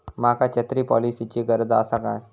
माका छत्री पॉलिसिची गरज आसा काय?